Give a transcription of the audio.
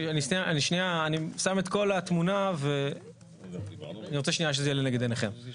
אני שנייה שם את כל התמונה ואני רוצה שנייה שזה יהיה לנגד עיניכם.